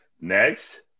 Next